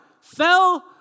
fell